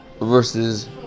versus